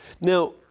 Now